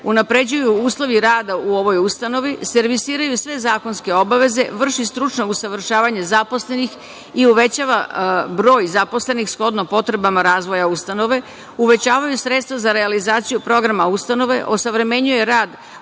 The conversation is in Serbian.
unapređuju uslovi rada u ovoj ustanovi, servisiraju sve zakonske obaveze, vrši stručno usavršavanje zaposlenih i uvećava broj zaposlenih shodno potrebama razvoja ustanove, uvećavaju sredstva za realizaciju programa ustanove, osavremenjuje rad